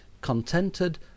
Contented